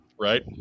Right